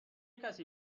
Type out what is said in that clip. کسی